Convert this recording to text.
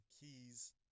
keys